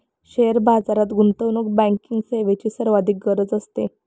share बाजारात गुंतवणूक banking सेवेची सर्वाधिक गरज असते